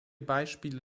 beispiele